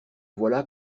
voilà